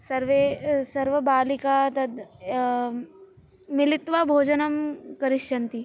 सर्वे सर्व बालिका तद् या मिलित्वा भोजनं करिष्यन्ति